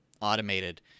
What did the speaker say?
automated